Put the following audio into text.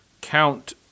count